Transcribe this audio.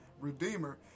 Redeemer